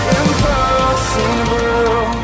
impossible